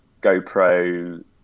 gopro